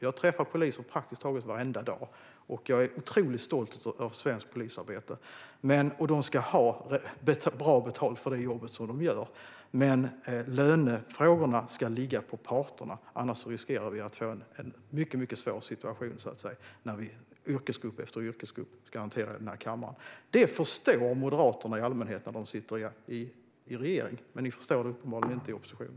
Jag träffar poliser praktiskt taget varenda dag, och jag är otroligt stolt över svenskt polisarbete. De ska ha bra betalt för det jobb som de gör. Men lönefrågorna ska ligga på parterna. Annars riskerar vi att få en mycket svår situation där yrkesgrupp efter yrkesgrupp ska hanteras i den här kammaren. Det förstår Moderaterna i allmänhet när de sitter i regering. Men de förstår det uppenbarligen inte i opposition.